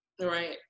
Right